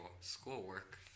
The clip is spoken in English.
schoolwork